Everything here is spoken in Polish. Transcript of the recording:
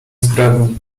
zbrodni